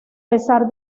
pesar